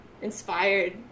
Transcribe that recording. inspired